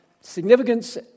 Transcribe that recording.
significance